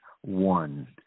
one